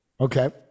Okay